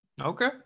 Okay